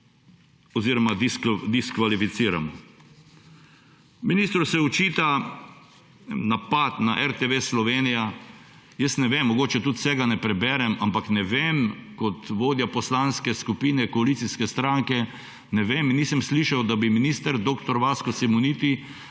oziroma diskvalificiramo. Ministru se očita napad na RTV Slovenija. Jaz ne vem, mogoče tudi vsega ne preberem, ampak kot vodja poslanske skupine koalicijske stranke ne vem, nisem slišal, da bi minister dr. Vasko Simoniti